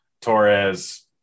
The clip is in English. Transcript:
Torres